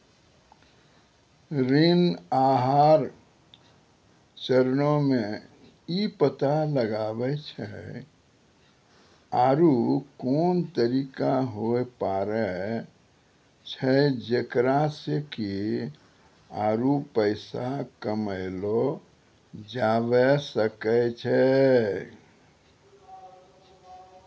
ऋण आहार चरणो मे इ पता लगाबै छै आरु कोन तरिका होय पाड़ै छै जेकरा से कि आरु पैसा कमयलो जाबै सकै छै